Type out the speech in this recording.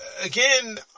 again